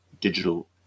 digital